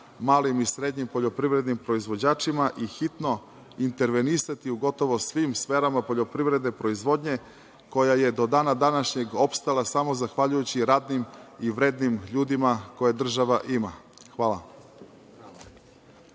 malim i srednjim poljoprivrednim proizvođačima, i hitno intervenisati u gotovo svim sferama poljoprivredne proizvodnje koja je do dana današnjeg opstala samo zahvaljujući radnim i vrednim ljudima koja država ima. Hvala.